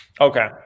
Okay